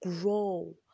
grow